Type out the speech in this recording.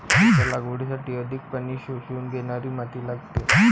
त्याच्या लागवडीसाठी अधिक पाणी शोषून घेणारी माती लागते